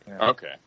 Okay